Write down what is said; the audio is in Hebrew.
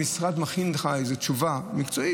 המשרד מכין לך תשובה מקצועית,